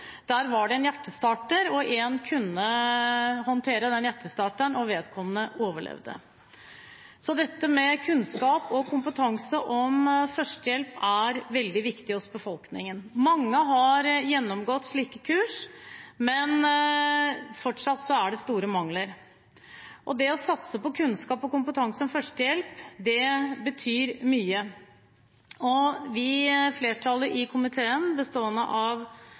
Der var det en hjertestarter, og én kunne håndtere den hjertestarteren, så vedkommende overlevde. Så dette med kunnskap om og kompetanse på førstehjelp hos befolkningen er veldig viktig. Mange har gjennomgått slike kurs, men fortsatt er det store mangler. Det å satse på kunnskap om og kompetanse på førstehjelp betyr mye. Flertallet i komiteen, bestående av